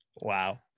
Wow